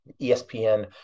ESPN